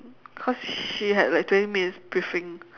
cause she had like twenty minutes briefing